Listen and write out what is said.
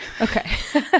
Okay